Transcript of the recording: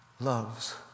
loves